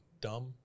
Dumb